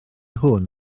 hwn